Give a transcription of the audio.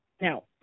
Now